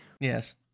Yes